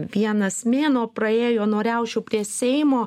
vienas mėnuo praėjo nuo riaušių prie seimo